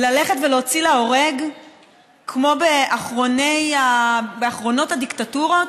ללכת ולהוציא להורג כמו באחרונות הדיקטטורות,